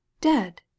Dead